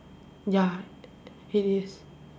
ya it is